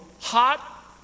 hot